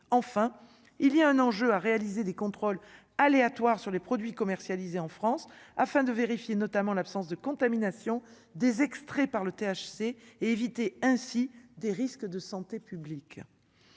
enfin il y a un enjeu à réaliser des contrôles aléatoires sur les produits commercialisés en France afin de vérifier notamment l'absence de contamination des extraits par le THC et éviter ainsi des risques de santé publique,